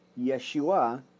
Yeshua